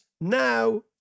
Now